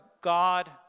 God